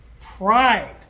Pride